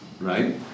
right